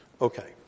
Okay